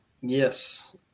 yes